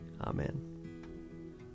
Amen